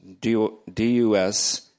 D-U-S